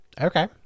Okay